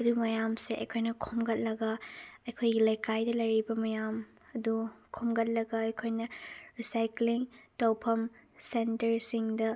ꯑꯗꯨ ꯃꯌꯥꯝꯁꯦ ꯑꯩꯈꯣꯏꯅ ꯈꯣꯝꯒꯠꯂꯒ ꯑꯩꯈꯣꯏꯒꯤ ꯂꯩꯀꯥꯏꯗ ꯂꯩꯔꯤꯕ ꯃꯌꯥꯝ ꯑꯗꯨ ꯈꯣꯝꯒꯠꯂꯒ ꯑꯩꯈꯣꯏꯅ ꯔꯤꯁꯥꯏꯀ꯭ꯂꯤꯡ ꯇꯧꯐꯝ ꯁꯦꯟꯇꯔꯁꯤꯡꯗ